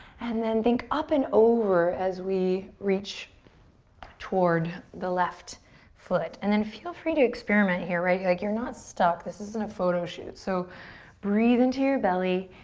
and then think up and over as we reach toward the left foot. and then feel free to experiment here, right? like you're not stuck. this isn't a photoshoot so breathe into your belly.